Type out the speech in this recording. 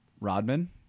Rodman